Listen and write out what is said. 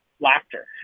laughter